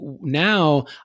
now